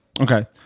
Okay